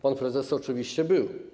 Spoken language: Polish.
Pan prezes oczywiście był.